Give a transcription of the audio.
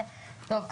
טוב.